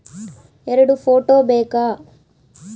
ಎರಡು ಫೋಟೋ ಬೇಕಾ?